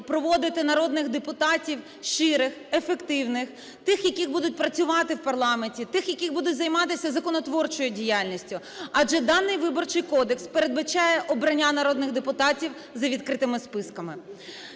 проводити народних депутатів щирих, ефективних, тих, які будуть працювати в парламенті, тих, які будуть займатися законодавчою діяльністю. Адже даний Виборчий кодекс передбачає обрання народних депутатів за відкритими списками.